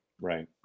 Right